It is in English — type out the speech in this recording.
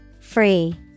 Free